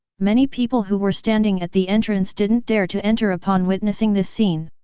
many people who were standing at the entrance didn't dare to enter upon witnessing this scene.